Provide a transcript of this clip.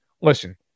listen